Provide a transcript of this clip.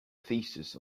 thesis